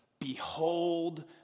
behold